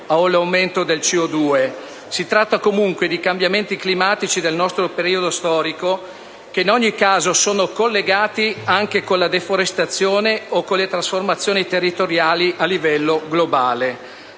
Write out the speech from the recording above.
si tratta comunque di cambiamenti climatici del nostro periodo storico, che in ogni caso sono collegati anche alla deforestazione o alle trasformazioni territoriali a livello globale.